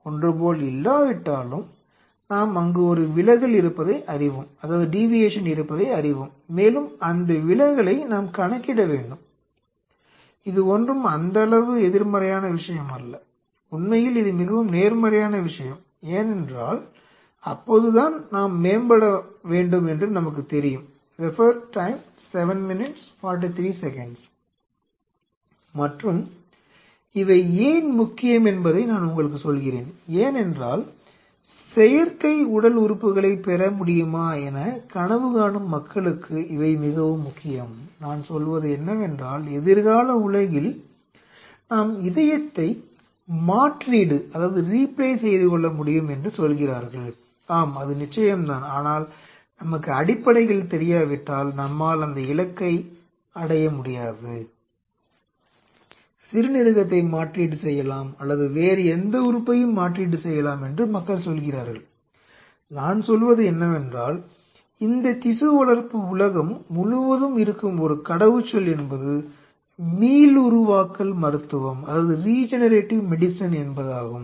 ஒன்றுபோல் இல்லாவிட்டாலும் நாம் அங்கு ஒரு விலகல் இருப்பதை அறிவோம் மேலும் அந்த விலகலை நாம் கணக்கிட வேண்டும் இது ஒன்றும் அந்தளவு எதிர்மறையான விஷயம் அல்ல உண்மையில் இது மிகவும் நேர்மறையான விஷயம் ஏனென்றால் அப்போதுதான் நாம் மேம்பட வேண்டும் என்று நமக்குத் தெரியும் என்பதாகும்